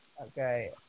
Okay